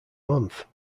month